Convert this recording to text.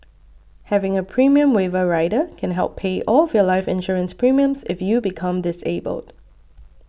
having a premium waiver rider can help pay all of your life insurance premiums if you become disabled